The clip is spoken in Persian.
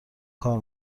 کار